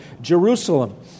Jerusalem